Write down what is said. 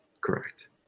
Correct